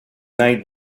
night